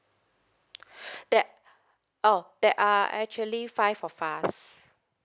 there oh there are actually five of us